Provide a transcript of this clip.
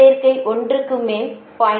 எனவே சேர்க்கை 1 க்கு மேல் 0